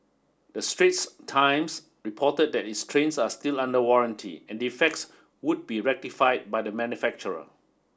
the Straits Times reported that the trains are still under warranty and defects would be rectified by the manufacturer